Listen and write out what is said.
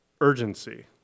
urgency